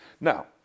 Now